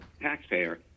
taxpayer